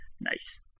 nice